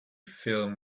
film